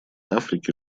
африке